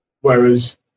whereas